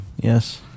Yes